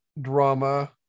drama